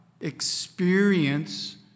experience